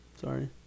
Sorry